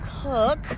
cook